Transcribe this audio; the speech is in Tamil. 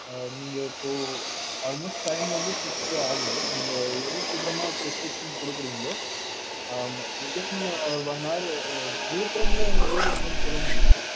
நீங்கள் இப்போது ஆல்மோஸ்ட் டைம் வந்து சிக்ஸ் ஆகுது நீங்கள் எவ்வளோ சீக்கிரமாக பிரிஸ்கிரிப்ஷன் கொடுக்குறீங்ளோ வித்தின் ஒன் அவர் விழுப்புரமில் உங்கள் வீடு எங்கேன்னு சொல்ல முடியுமா இப்போது